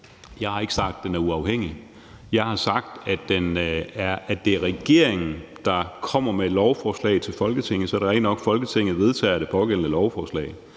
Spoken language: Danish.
Jeg har ikke sagt, at den er uafhængig. Jeg har sagt, at det er regeringen, der kommer med et lovforslag til Folketinget, og så er det rigtigt nok, at Folketinget vedtager det pågældende lovforslag.